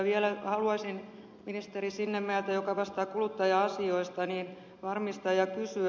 vielä haluaisin ministeri sinnemäeltä joka vastaa kuluttaja asioista varmistaa ja kysyä